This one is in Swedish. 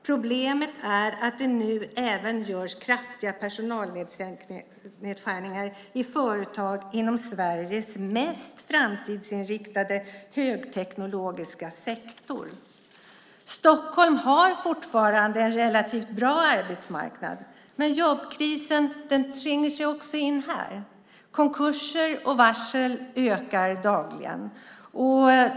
Problemet är att det nu även görs kraftiga personalnedskärningar i företag inom Sveriges mest framtidsinriktade och högteknologiska sektorer." Stockholm har fortfarande en relativt bra arbetsmarknad, men jobbkrisen tränger sig in också här. Antalet konkurser och varsel ökar dagligen.